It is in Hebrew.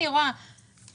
מטפלת בהם.